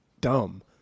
dumb